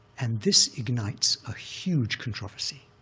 and this ignites a huge controversy.